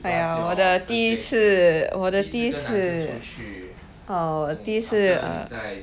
!aiyo! 我的第一次我的第一次 oh 第一次 uh